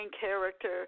character